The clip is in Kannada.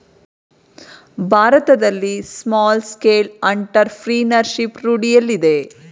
ಭಾರತದಲ್ಲಿ ಸ್ಮಾಲ್ ಸ್ಕೇಲ್ ಅಂಟರ್ಪ್ರಿನರ್ಶಿಪ್ ರೂಢಿಯಲ್ಲಿದೆ